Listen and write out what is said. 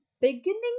beginning